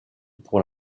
pour